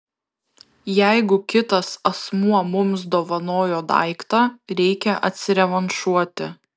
jeigu kitas asmuo mums dovanojo daiktą reikia atsirevanšuoti